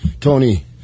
Tony